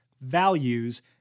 values